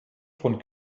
von